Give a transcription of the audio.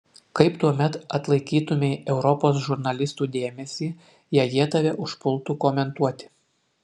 kaip tuomet atlaikytumei europos žurnalistų dėmesį jei jie tave užpultų komentuoti